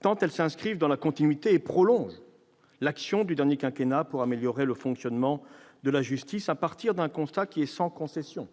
tant elles s'inscrivent dans la continuité et prolongent l'action du dernier quinquennat pour améliorer le fonctionnement de la justice, à partir d'un constat sans concession